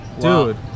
Dude